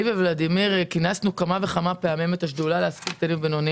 אני וולדימיר כינסנו כמה וכמה פעמים את השדולה במהלך